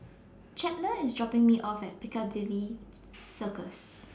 Chandler IS dropping Me off At Piccadilly Circus